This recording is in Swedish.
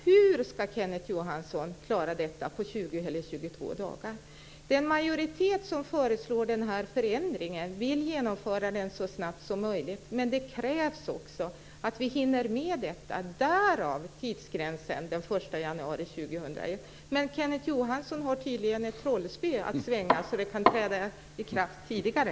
Hur ska Kenneth Johansson klara detta på 22 dagar? Den majoritet som föreslår den här förändringen vill genomföra den så snabbt som möjligt, men det krävs också att vi hinner med detta, därav tidsgränsen den 1 januari år 2001. Men Kenneth Johansson har tydligen ett trollspö att svänga så att detta kan träda i kraft tidigare.